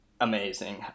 amazing